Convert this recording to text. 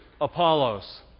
Apollos